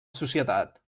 societat